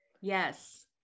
Yes